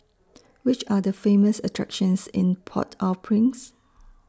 Which Are The Famous attractions in Port Au Prince